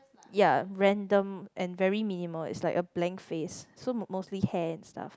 ya random and very minimal it's like a blank face so m~ mostly hair and stuff